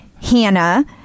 Hannah